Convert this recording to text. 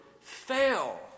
fail